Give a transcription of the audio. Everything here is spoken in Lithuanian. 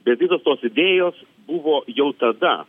bet visos tos idėjos buvo jau tada